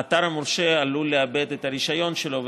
האתר המורשה עלול לאבד את הרישיון שלו,